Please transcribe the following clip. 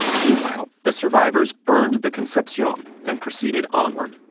meanwhile, the survivors burned the concepcion and proceeded onward.